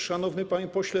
Szanowny Panie Pośle!